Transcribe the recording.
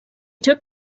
took